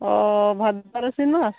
ᱚᱻ ᱵᱷᱟᱫᱚᱨ ᱟᱹᱥᱤᱱ ᱢᱟᱥ